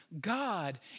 God